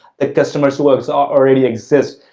the customers works already exists.